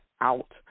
out